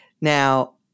Now